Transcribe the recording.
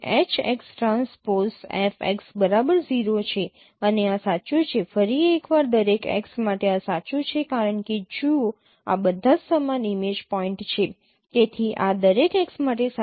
તેથી H x transpose F x બરાબર 0 છે અને આ સાચું છે ફરી એકવાર દરેક x માટે આ સાચું છે કારણ કે જુઓ આ બધા સમાન ઇમેજ પોઇન્ટ છે તેથી આ દરેક x માટે સાચું છે